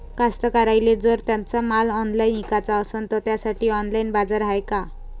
कास्तकाराइले जर त्यांचा माल ऑनलाइन इकाचा असन तर त्यासाठी ऑनलाइन बाजार हाय का?